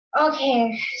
Okay